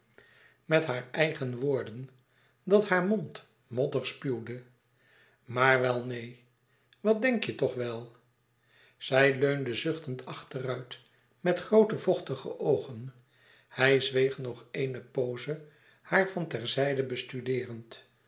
met haar eigen woorden dat haar mond modder spuwde maar wel neen wat denk je toch wel zij leunde zuchtend achteruit met groote vochtige oogen hij zweeg nog eene pooze haar van ter zijde bestudeerend